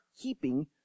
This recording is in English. keeping